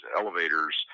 elevators